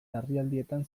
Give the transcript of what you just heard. larrialdietan